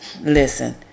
Listen